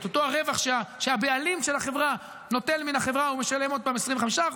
את אותו הרווח שהבעלים של החברה נוטל מהחברה הוא משלם עוד פעם 25%,